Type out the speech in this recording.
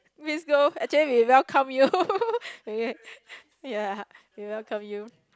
Miss Teoh actually we welcome you okay ya we welcome you